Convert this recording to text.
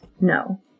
No